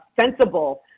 sensible